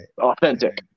authentic